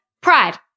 pride